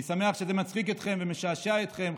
אני שמח שזה מצחיק אתכם ומשעשע אתכם,